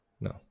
No